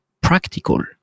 practical